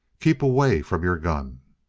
keep away from your gun!